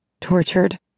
tortured